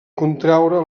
contraure